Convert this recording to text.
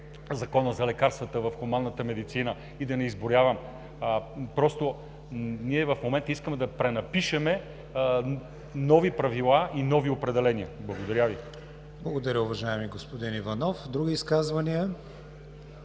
Закона за лекарствата в хуманната медицина и да не изброявам. Просто ние в момента искаме да пренапишем нови правила и нови определения. Благодаря Ви. ПРЕДСЕДАТЕЛ КРИСТИАН ВИГЕНИН: Благодаря, уважаеми господин Иванов. Други изказвания?